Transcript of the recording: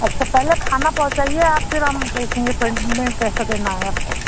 अच्छा पहले खाना पहुँचाइए आप फिर हम देखेंगे पेमेंट कैसे देना है आपको